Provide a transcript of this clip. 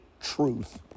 truth